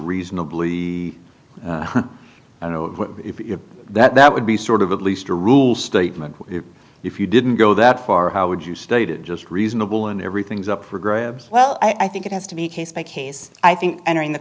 reasonably i don't know if that would be sort of at least a rule statement if you didn't go that far how would you state it just reasonable and everything's up for grabs well i think it has to be case by case i think entering the